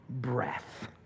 breath